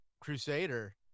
Crusader